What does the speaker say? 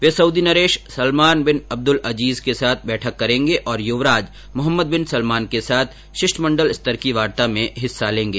वे Saudi नरेश Salman bin Abdul Aziz के साथ बैठक करेंगे और युवराज मोहम्मदबिन सलमान के साथ शिष्टमण्डल स्तर की वार्ता में हिस्सा लेगे